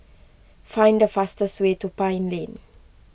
find the fastest way to Pine Lane